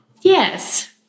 Yes